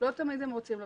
לא תמיד הם רוצים לבוא.